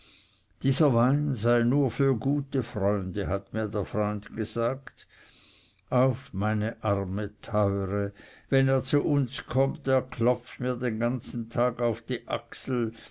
dieser wein sei nur für gute freunde hat mir der freund gesagt auf meine arme teure wenn er zu uns kommt er klopft mir den ganzen tag auf die achsel